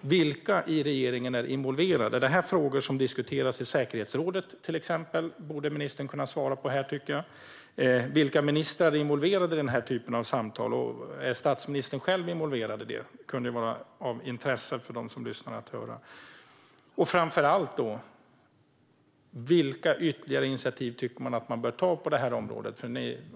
vilka i regeringen som är involverade. Är det här till exempel frågor som diskuteras i säkerhetsrådet? Det borde ministern kunna svara på här. Vilka ministrar är involverade i den typen av samtal? Är statsministern själv involverad? Det kan vara av intresse för dem som lyssnar att få veta det. Framför allt undrar jag vilka ytterligare initiativ man tycker att man bör ta på området?